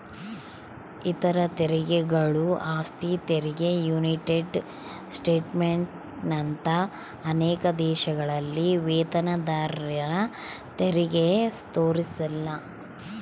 ಇತರ ತೆರಿಗೆಗಳು ಆಸ್ತಿ ತೆರಿಗೆ ಯುನೈಟೆಡ್ ಸ್ಟೇಟ್ಸ್ನಂತ ಅನೇಕ ದೇಶಗಳಲ್ಲಿ ವೇತನದಾರರತೆರಿಗೆ ತೋರಿಸಿಲ್ಲ